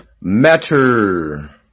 Matter